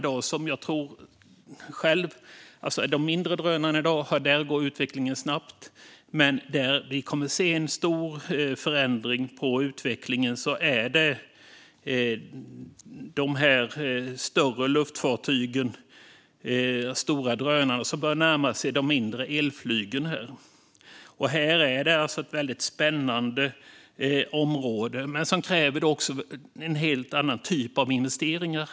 För de mindre drönarna går utvecklingen snabbt i dag, men det är för de större luftfartygen som vi kommer att få se den stora förändringen av utvecklingen. De stora drönarna börjar närma sig de mindre elflygen. Detta är ett spännande område som dock kräver en helt annan typ av investeringar.